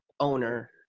owner